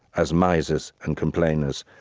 as misers and complainers,